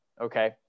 Okay